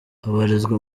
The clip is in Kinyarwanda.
abarizwa